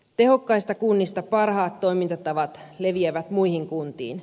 tehokkaista kunnista parhaat toimintatavat leviävät muihin kuntiin